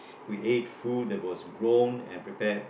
we ate food that was grown and prepared